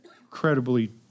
incredibly